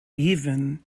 even